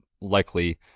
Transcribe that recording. likely